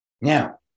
Now